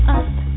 up